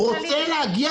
לכן,